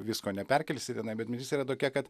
visko neperkelsi tenai bet mintis yra tokia kad